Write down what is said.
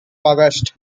august